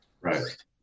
Right